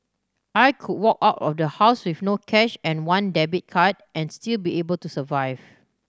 I could walk out of the house with no cash and one debit card and still be able to survive